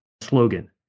slogan